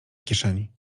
kieszeni